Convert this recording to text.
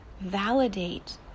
validate